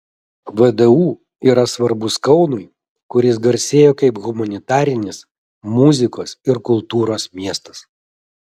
vdu yra svarbus kaunui kuris garsėjo kaip humanitarinis muzikos ir kultūros miestas